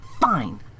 Fine